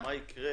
מה יקרה